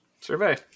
Survey